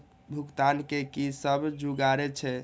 भुगतान के कि सब जुगार छे?